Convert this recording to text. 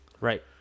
Right